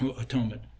atonement